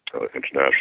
International